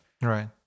right